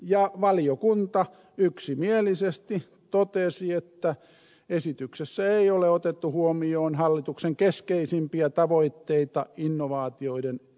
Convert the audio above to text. ja valiokunta yksimielisesti totesi että esityksessä ei ole otettu huomioon hallituksen keskeisimpiä tavoitteita innovaatioiden